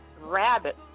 rabbit